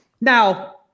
Now